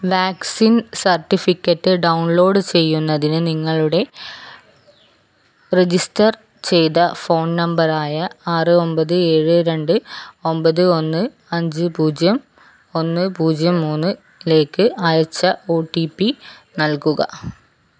vaccine certificate download ചെയ്യുന്നതിന് നിങ്ങളുടെ register ചെയ്ത ഫോൺ നമ്പറായ ആറ് ഒമ്പത് ഏഴ് രണ്ട് ഒമ്പത് ഒന്ന് അഞ്ച് പൂജ്യം ഒന്ന് പൂജ്യം മൂന്നിലേക്ക് അയച്ച ഒ ടി പി നൽകുക